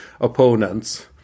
opponents